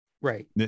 Right